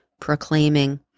proclaiming